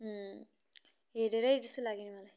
हेरेरै त्यस्तो लाग्यो नि मलाई